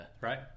Right